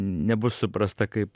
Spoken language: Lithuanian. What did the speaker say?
nebus suprasta kaip